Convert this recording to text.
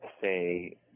say